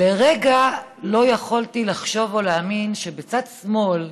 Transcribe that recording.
לרגע לא יכולתי לחשוב או להאמין שבצד שמאל,